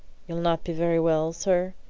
you'll not be very well sir?